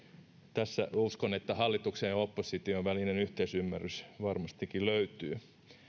uskon että tässä hallituksen ja opposition välinen yhteisymmärrys varmastikin löytyy